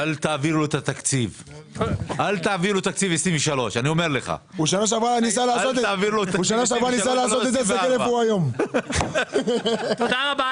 אל תעביר לו את תקציב 2023. תודה רבה,